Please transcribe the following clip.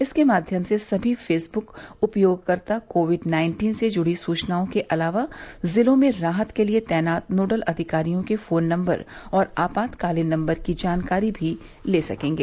इसके माध्यम से सभी फेसबुक उपयोगकर्ता कोविड नाइन्टीन से जुड़ी सूचनाओं के अलावा जिलों में राहत के लिए तैनात नोडल अधिकारियों के फोन नंबर और आपातकालीन नंबर की जानकारी भी ले सकेंगे